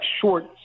short